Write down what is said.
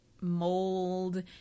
mold